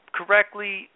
correctly